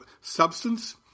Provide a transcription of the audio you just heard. substance